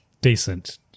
decent